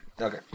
Okay